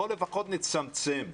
בואו לפחות נצמצם.